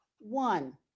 One